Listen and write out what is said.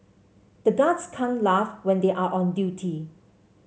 the guards can't laugh when they are on duty